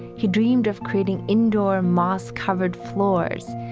he dreamed of creating indoor moss covered floors,